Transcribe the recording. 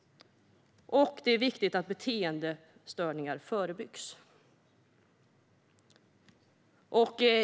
Det är också viktigt att beteendestörningar förebyggs.